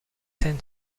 ten